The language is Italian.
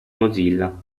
mozilla